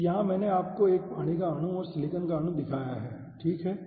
तो यहाँ मैंने आपको एक पानी का अणु और सिलिकॉन का अणु दिखाया है ठीक है